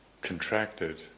contracted